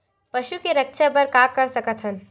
पशु के रक्षा बर का कर सकत हन?